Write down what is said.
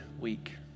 week